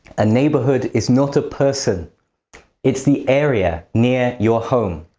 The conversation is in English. a neighbourhood is not a person it's the area near your home.